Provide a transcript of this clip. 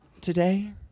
today